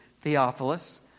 Theophilus